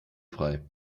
frei